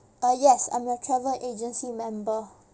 uh yes I'm your travel agency member